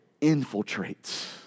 infiltrates